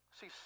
See